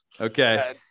Okay